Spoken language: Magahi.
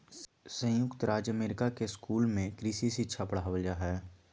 संयुक्त राज्य अमेरिका के स्कूल में कृषि शिक्षा पढ़ावल जा हइ